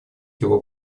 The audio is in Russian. его